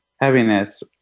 heaviness